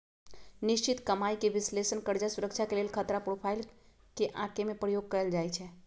निश्चित कमाइके विश्लेषण कर्जा सुरक्षा के लेल खतरा प्रोफाइल के आके में प्रयोग कएल जाइ छै